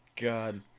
God